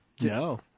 no